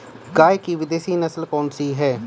गाय की विदेशी नस्ल कौन सी है?